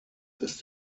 ist